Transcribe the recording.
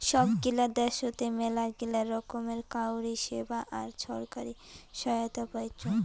সব গিলা দ্যাশোতে মেলাগিলা রকমের কাউরী সেবা আর ছরকারি সহায়তা পাইচুং